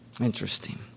Interesting